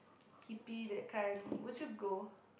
hippie that kind would you go